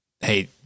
hey